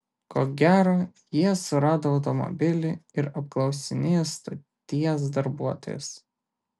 ko gero jie surado automobilį ir apklausinėjo stoties darbuotojus